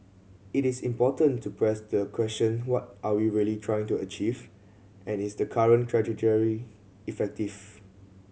it is important to press the question what are we really trying to achieve and is the current trajectory effective